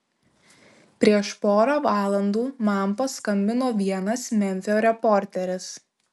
prieš porą valandų man paskambino vienas memfio reporteris